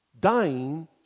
dying